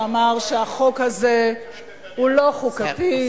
שאמר שהחוק הזה הוא לא חוקתי.